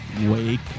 wake